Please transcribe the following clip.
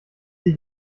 sie